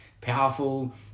powerful